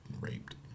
raped